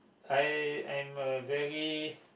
I am a very